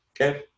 okay